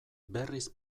berriz